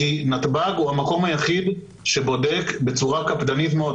כי נתב"ג הוא המקום היחיד שבודק בצורה קפדנית מאוד,